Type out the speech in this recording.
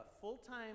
full-time